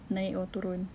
naik or turun